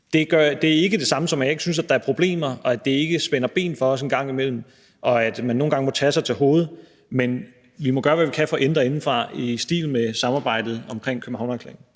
Det er ikke det samme, som at jeg ikke synes, at der er problemer, og at det spænder ben for os en gang imellem, og at man nogle gange må tage sig til hovedet. Men vi må gøre, hvad vi kan, for at ændre det indefra i stil med samarbejdet om Københavnererklæringen.